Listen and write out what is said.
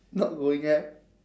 not going ham